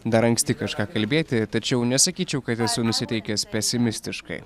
dar anksti kažką kalbėti tačiau nesakyčiau kad esu nusiteikęs pesimistiškai